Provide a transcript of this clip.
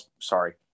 sorry